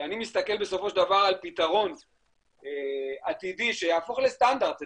כשאני מסתכל על פיתרון עתידי שיהפוך לסטנדרט זה